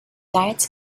diets